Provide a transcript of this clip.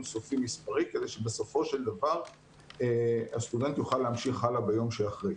סופי מספרי כדי שבסופו של דבר הסטודנט יוכל להמשיך הלאה ביום שאחרי.